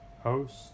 host